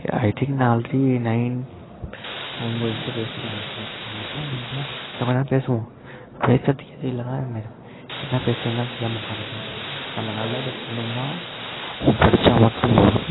ஐ think நான் already nine ஒம்பது நிமிஷம் பேசிவிட்டேனு நினைக்கிறேன் இந்த மாதிரிதான் என்னமோ இன்னும் கொஞ்சம் நேரம் பேசுவோம் பேசுகிறத்துக்கு ஏதும் இல்லைனா என்ன என்ன பேசுகிறதுனு தான் தெரியாமல் உக்காந்துருக்கோம் நம்ம நல்லது பண்ணணும்னா படித்தா மட்டும் போதும்